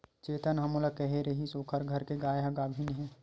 चेतन ह मोला केहे रिहिस ओखर घर के गाय ह गाभिन हे